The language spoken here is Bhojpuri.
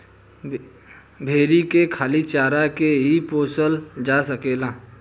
भेरी के खाली चारा के ही पोसल जा सकेला